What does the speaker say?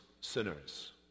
sinners